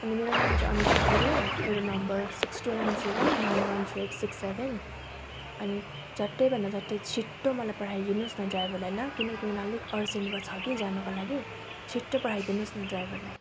अनि मेरो नाम चाहिँ अमिशा गुरूङ मेरो number six two nine seven nine one three eight six seven अनि झट्टै भन्दा झट्टै छिटो मलाई पठाइदिनुहोस् न ड्राइभरलाई ल किनकि मलाई अलिक अर्जेन्टमा छ कि जानको लागि छिट्टो पठाइदिनुहोस् न ड्राइभरलाई